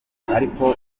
ariko